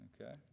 Okay